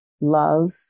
love